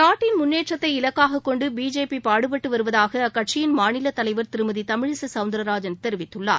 நாட்டின் முன்னேற்றத்தை இலக்காகொண்டுபிஜேபிபாடுபட்டுவருவதாகஅக்கட்சியின் மாநிலதலைவர் திருமதிதமிழிசைசௌந்திரராஜன் தெரிவித்துள்ளார்